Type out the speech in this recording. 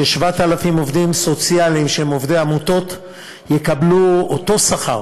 ש-7,000 עובדים סוציאליים שהם עובדי עמותות יקבלו אותו שכר